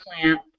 plant